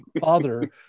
father